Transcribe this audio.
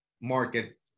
market